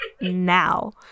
now